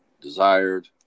desired